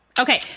Okay